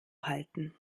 halten